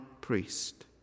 priest